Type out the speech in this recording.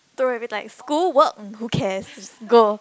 throw every like school work who cares go